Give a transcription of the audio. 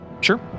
sure